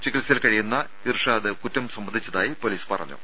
ചികിത്സയിൽ കഴിയുന്ന ഇർഷാദ് കുറ്റം സമ്മതിച്ചതായി പൊലീസ് പറഞ്ഞു